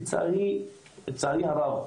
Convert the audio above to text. לצערי הרב,